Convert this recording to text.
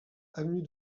avenue